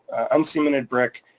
uncemented, brick,